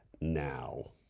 now